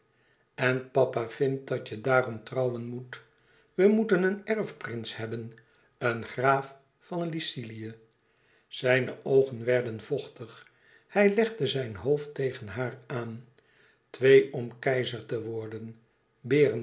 en papa vindt dat je daarom trouwen moet we moeten een erfprins hebben een graaf van lycilië zijne oogen werden vochtig hij legde zijn hoofd tegen haar aan twee om keizer te worden